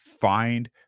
find